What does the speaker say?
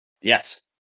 Yes